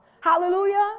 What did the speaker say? hallelujah